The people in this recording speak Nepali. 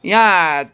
यहाँ